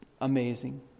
amazing